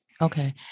Okay